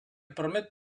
permet